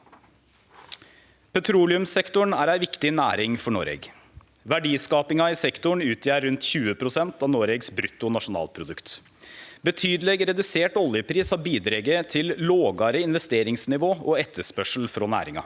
Petroleumssektoren er ei viktig næring for Noreg. Verdiskapinga i sektoren utgjer rundt 20 pst. av Noregs brutto nasjonalprodukt. Ein betydeleg redusert oljepris har bidrege til lågare investeringsnivå og etterspørsel frå næringa.